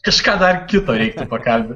kažką dar kito reiktų pakalbint